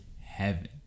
Heaven